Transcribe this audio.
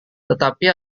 tetapi